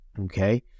okay